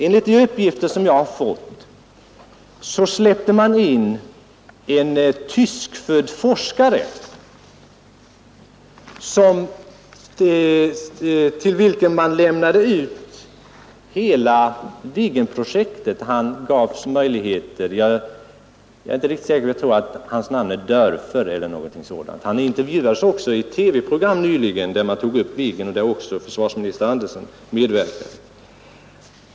Enligt de uppgifter jag har fått har man släppt in en tyskfödd forskare, till vilken man lämnat ut hela Viggenprojektet. Jag tror att hans namn är Dörfer. Han intervjuades nyligen om Viggen i ett TV-program där försvarsminister Andersson också medverkade.